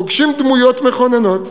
פוגשים דמויות מכוננות,